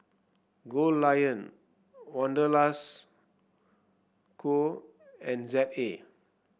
Goldlion Wanderlust Co and Z A